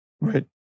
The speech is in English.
right